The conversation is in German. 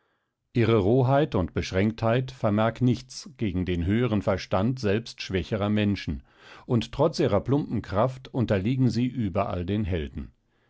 ihre roheit und beschränktheit vermag nichts gegen den höhern verstand selbst schwächerer menschen und trotz ihrer plumpen kraft unterliegen sie überall den helden